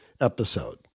episode